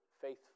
faithful